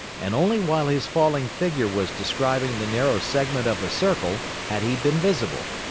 and only while his falling figure was describing the narrow segment of a circle had he been visible.